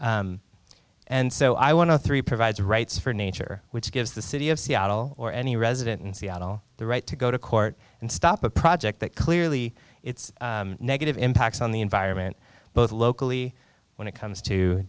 coltrane and so i want to three provides rights for nature which gives the city of seattle or any resident in seattle the right to go to court and stop a project that clearly it's negative impacts on the environment both locally when it comes to